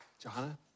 Johanna